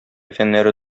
фәннәре